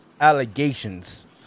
allegations